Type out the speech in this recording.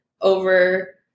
over